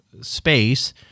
space